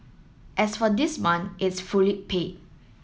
as for this month it's fully paid